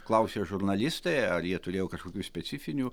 klausė žurnalistai ar jie turėjo kažkokių specifinių